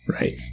Right